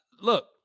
Look